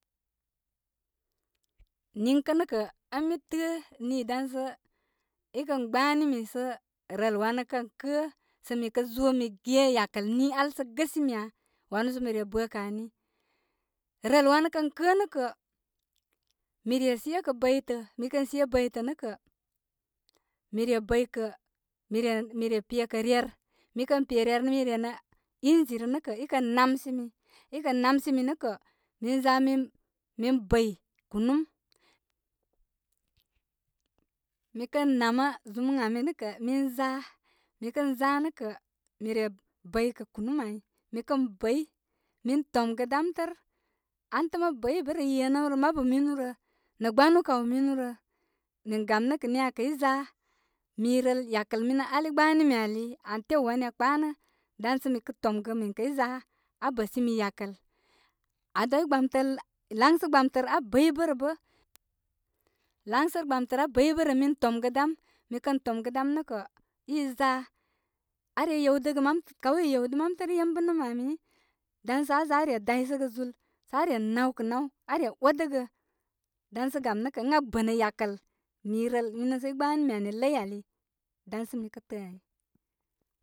Niŋkə' nə' kə' ən mi təə nii dan sə i kən gbani mi sə' rəl wanə kən kə' sə mi kəzo mi ge yakəl ni al sə gəsimi ya. Wanu sə mi re bə kə' ani. Rəl wanə kən kə' nə' kə', mi re shyekə bəytə, mi kə shye bəytə' nə kə, mi re bəykə, mire-mire pekə ryer. Mi kə pe ryer mi re nə ingi rə nə kə i kə namsimi i kə namsimi nə kə' min za min bəy kunum. Mikən namə zumən ami, nə kə', min za, mi kənza nə kə' mi re bəykə' kunum ai. Mi kən bəy. Mi tomgə dam tər antəm abəybəbə'rə, yenəmrə, mabu minu rə, nə' gbanu kaw minu rə, min gam nə' kə' niya kəy za, mi rəl yakəl minə' al i igbani mi ali tew wanə aa kpanə', dan sə mi kə tomgə min kəy za aa bəsimi yakəl. Aduwai gbamtər, laysə gbatər abəybəbə rə bə- laŋsə gbamtər abəybə'bə mi tomgə dam nə kə' i za, aa re yewdəgə mam, kaw i yewdə mamtər yembənəmii dan sə aa zaaa re daysəgə zul sə aa re nawkə naw aa re odəgə. Dansə, gam nə' kə' ən aa bə nə yakəl mi rəl minə sə i gban imi ali ləy ali dansə mika tay